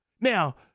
Now